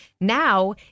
Now